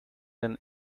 than